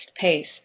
pace